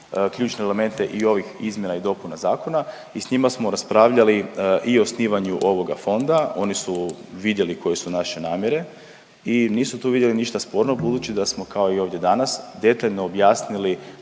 ključne elemente i ovih izmjena i dopuna zakona i sa njima smo raspravljali i o osnivanju ovoga fonda. Oni su vidjeli koje su naše namjere i nisu tu vidjeli ništa sporno budući da smo kao i ovdje danas detaljno objasnili